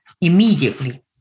immediately